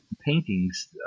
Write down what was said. paintings